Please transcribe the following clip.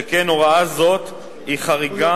שכן הוראה זאת היא חריגה,